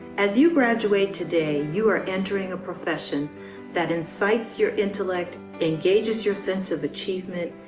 as you graduate today you are entering a profession that incites your intellect, engages your sense of achievement,